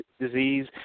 disease